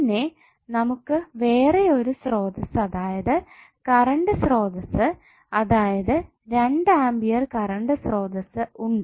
പിന്നെ നമുക്ക് വേറെ ഒരു സ്രോതസ്സ് അതായത് കറൻറ് സ്രോതസ്സ് അതായത് രണ്ട് ആമ്പിയർ കറണ്ട് സ്രോതസ്സ് ഉണ്ട്